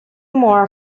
more